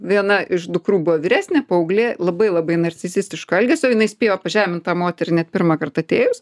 viena iš dukrų buvo vyresnė paauglė labai labai narcisistiško elgesio jinai spėjo pažemint tą moterį net pirmąkart atėjus